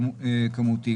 כמותיים.